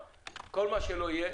לא אמרת: כל מה שלא יהיה,